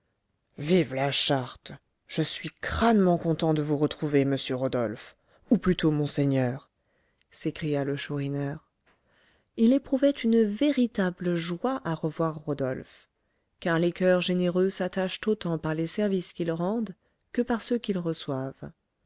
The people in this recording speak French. vive la charte je suis crânement content de vous retrouver monsieur rodolphe ou plutôt monseigneur s'écria le chourineur il éprouvait une véritable joie à revoir rodolphe car les coeurs généreux s'attachent autant par les services qu'ils rendent que par ceux qu'ils reçoivent